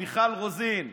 מיכל רוזין,